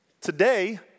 Today